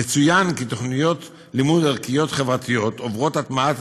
יצוין כי תוכניות לימוד ערכיות חברתיות עוברות הטמעת